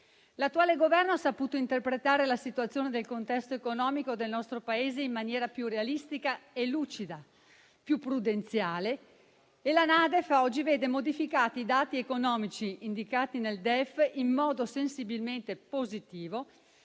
L'attuale Governo ha saputo interpretare la situazione del contesto economico del nostro Paese in maniera più realistica e lucida, più prudenziale, e la NADEF oggi vede modificati i dati economici indicati nel DEF in modo sensibilmente positivo,